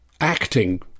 Acting